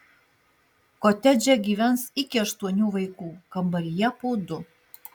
kotedže gyvens iki aštuonių vaikų kambaryje po du